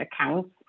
accounts